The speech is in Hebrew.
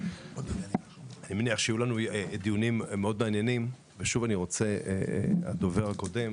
אני מניח שיהיו לנו דיונים מאוד מעניינים הדובר הקודם,